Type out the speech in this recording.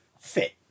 fit